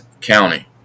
county